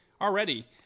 Already